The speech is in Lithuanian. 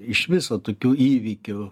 iš viso tokių įvykių